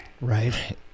Right